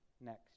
next